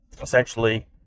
essentially